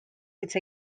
hitz